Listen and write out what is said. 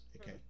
Okay